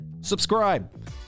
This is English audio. subscribe